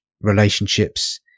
relationships